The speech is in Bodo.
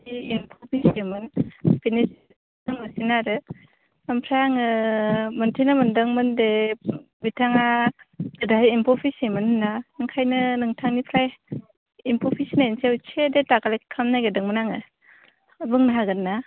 नोंथाङा जे एम्फौ फिसियोमोन बिनि बादै आरो आमफ्राय आङो मोनथिनो मोनदोंमोन दि बिथाङा गोदोहाय एम्फौ फिसियोमोन होनना ओंखायनो नोंथांनिफ्राय एम्फौ फिसिनायनि सायाव एसे देथा कालेक्ट खालामनो नागिरदोंमोन आङो बुंनो हागोनना